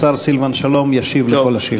השר סילבן שלום ישיב על כל השאלות.